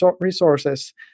resources